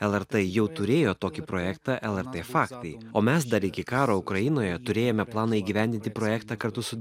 lrt jau turėjo tokį projektą lrt faktai o mes dar iki karo ukrainoje turėjome planą įgyvendinti projektą kartu su